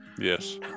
Yes